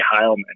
Heilman